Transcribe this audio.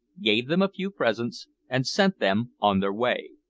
gave them a few presents, and sent them on their way.